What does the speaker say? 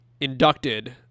inducted